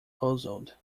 puzzled